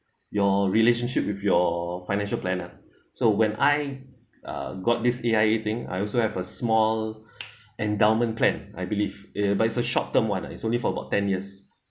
your relationship with your financial planner so when I uh got this A_I_A thing I also have a small endowment plan I believe it uh by a short term one ah is only for about ten years